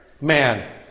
man